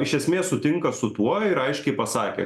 iš esmės sutinka su tuo ir aiškiai pasakė